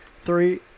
Three